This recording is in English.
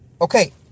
Okay